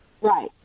Right